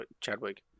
chadwick